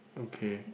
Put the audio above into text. okay